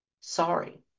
sorry